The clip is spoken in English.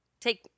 take